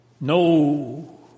no